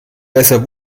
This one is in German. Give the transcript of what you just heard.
besser